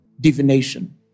Divination